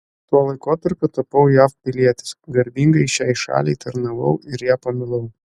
tuo laikotarpiu tapau jav pilietis garbingai šiai šaliai tarnavau ir ją pamilau